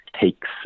takes